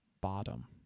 bottom